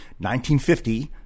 1950